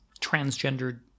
transgendered